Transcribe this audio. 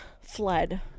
fled